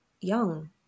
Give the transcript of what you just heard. young